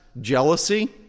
jealousy